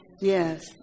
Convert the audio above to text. yes